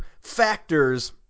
factors